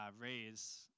raise